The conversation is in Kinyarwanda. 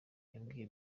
yabwiye